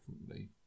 differently